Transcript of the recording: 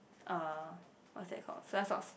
uh what's that called soya sauce